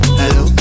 hello